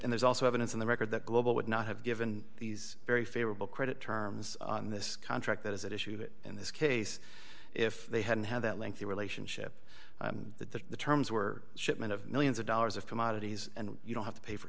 and there's also evidence in the record that global would not have given these very favorable credit terms in this contract that is at issue that in this case if they hadn't had that lengthy relationship that the terms were shipment of millions of dollars of commodities and you don't have to pay for